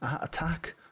attack